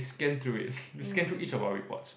scan through it he scan through each of our reports